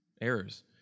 errors